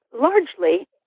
Largely